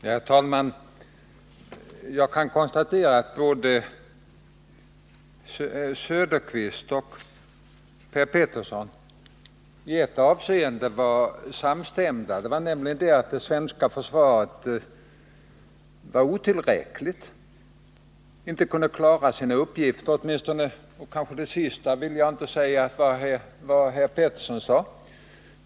Herr talman! Jag kan konstatera att Oswald Söderqvist och Per Petersson i ett avseende var samstämda. Båda ansåg nämligen att det svenska försvaret var otillräckligt och — detta gäller kanske inte herr Petersson — inte kan klara sina uppgifter.